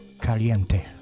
Caliente